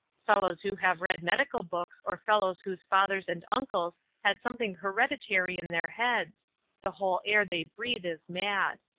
fellows who have read medical books or fellows whose fathers and uncles had something hereditary in their heads the whole air they breathe is mad.